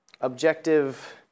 objective